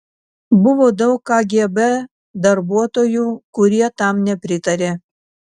buvo daug kgb darbuotojų kurie tam nepritarė